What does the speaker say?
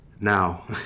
Now